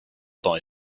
boy